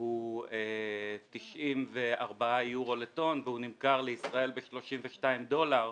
הוא 94 יורו לטון והוא נמכר לישראל ב-32 דולר,